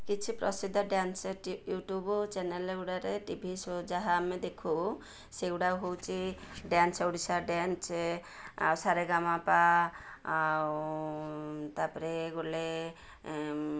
କିଛି ପ୍ରସିଦ୍ଧ dance YouTube ଚ୍ୟାନେଲ୍ଗୁଡ଼ାରେ ଟିଭି ଶୋ ଯାହା ଆମେ ଦେଖୁ ସେଗୁଡ଼ାକ ହେଉଛି ଡ଼୍ୟାନ୍ସ ଓଡ଼ିଶା ଡ଼୍ୟାନ୍ସ ଆଉ ସାରେ ଗା ମାାପା ଆଉ ତାପରେ ଗୋଲେ